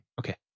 okay